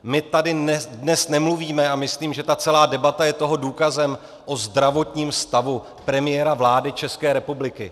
My tady dnes nemluvíme, a myslím, že ta celá debata je toho důkazem, o zdravotním stavu premiéra vlády České republiky.